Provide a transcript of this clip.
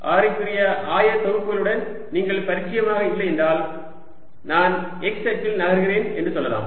ஆரைக்குரிய ஆயத்தொகுப்புகளுடன் நீங்கள் பரிச்சயமாக இல்லை என்றால் நான் x அச்சில் நகர்கிறேன் என்று சொல்லலாம்